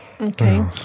okay